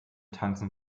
tanzen